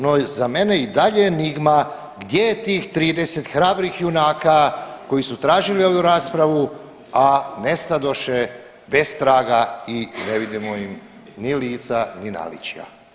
No za mene je i dalje enigma gdje je tih 30 hrabrih junaka koji su tražili ovu raspravu, a nestadoše bez traga i ne vidimo im ni lica, ni naličja.